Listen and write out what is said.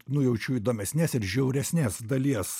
nujaučiu įdomesnės ir žiauresnės dalies